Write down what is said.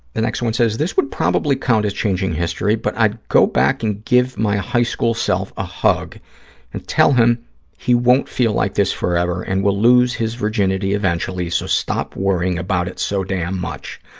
the next one says, this would probably count as changing history, but i'd go back and give my high-school self a hug and tell him he won't feel like this forever and will lose his virginity eventually so stop worrying about it so damn much.